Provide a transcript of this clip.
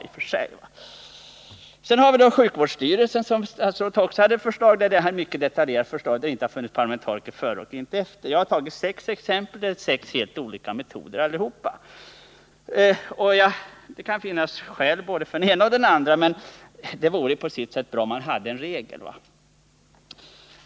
Beträffande försvarets sjukvårdsstyrelse som vi behandlat i dag hade statsrådet ett mycket detaljerat förslag. Parlamentariker anlitades inte före och inte efter beslutet. Jag har tagit sex exempel som avser sex helt olika metoder. Det kan finnas skäl för var och en av metoderna, men det vore bra om man hade en regel.